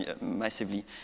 massively